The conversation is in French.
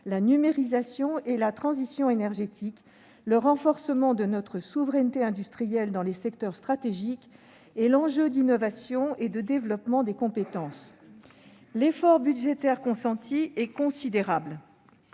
la numérisation et la transition énergétique, le renforcement de notre souveraineté industrielle dans les secteurs stratégiques et l'enjeu d'innovation et de développement des compétences. L'effort budgétaire consenti est considérable.